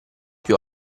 più